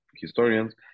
Historians